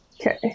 okay